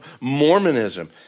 Mormonism